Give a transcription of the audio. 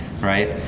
Right